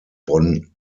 bonn